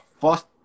first